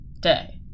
day